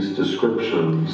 descriptions